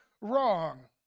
wrong